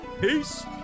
peace